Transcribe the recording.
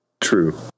true